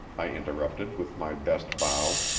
i interrupted with my best bow.